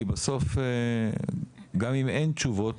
כי בסוף גם אם אין תשובות,